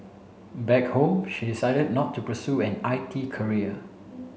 back home she decided not to pursue an I T career